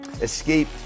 escape